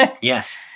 yes